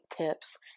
tips